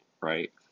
right